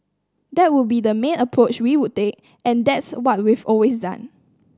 that would be the main approach we would take and that's what we've always done